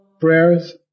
prayers